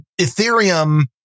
Ethereum